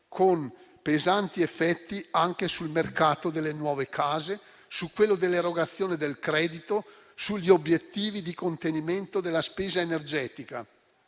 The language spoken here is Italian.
con pesanti effetti anche sul mercato delle nuove case, su quello dell'erogazione del credito, sugli obiettivi di contenimento della spesa energetica.